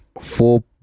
four